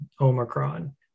omicron